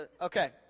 okay